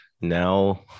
now